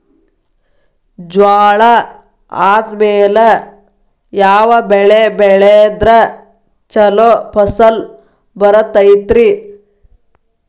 ಜ್ವಾಳಾ ಆದ್ಮೇಲ ಯಾವ ಬೆಳೆ ಬೆಳೆದ್ರ ಛಲೋ ಫಸಲ್ ಬರತೈತ್ರಿ?